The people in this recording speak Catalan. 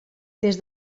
des